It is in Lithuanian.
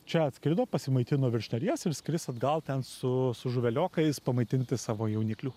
čia atskrido pasimaitino virš neries ir skris atgal ten su su žuveliokais pamaitinti savo jauniklių